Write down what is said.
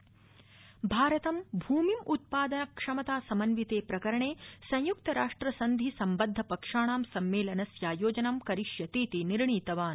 प्रकाश जावडक्कि भारतं भूमिं उत्पादन क्षमता समन्विते प्रकरणे संयुक्त राष्ट्र सन्धि सम्बद्ध पक्षाणां सम्मेलनस्यायोजनं करिष्यतीति निर्णीतवान्